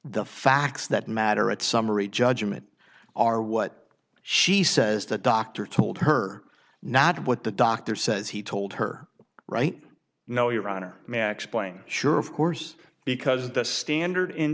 the facts that matter at summary judgment are what she says the doctor told her not what the doctor says he told her right now your honor may explain sure of course because the standard in